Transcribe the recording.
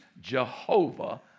Jehovah